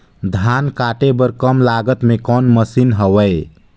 धान काटे बर कम लागत मे कौन मशीन हवय?